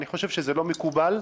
אני חושב שזה לא מקובל.